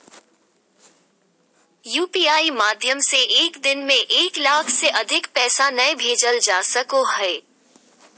UPI माध्यम से एक दिन में एक लाख से अधिक पैसा नय भेजल जा सको हय